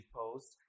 post